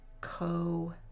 co